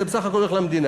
זה בסך הכול הולך למדינה,